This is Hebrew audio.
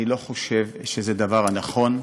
אני לא חושב שזה דבר נכון.